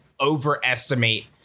overestimate